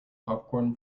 popcorn